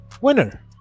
winner